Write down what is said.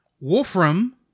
Wolfram